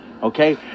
Okay